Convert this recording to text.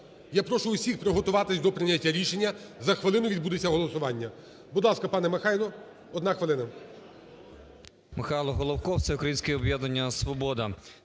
я прошу всіх приготуватися до прийняття рішення, за хвилину відбудеться голосування. Будь ласка, пане Михайле, одна хвилина.